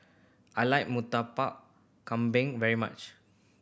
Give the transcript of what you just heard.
I like Murtabak Kambing very much